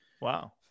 wow